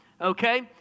Okay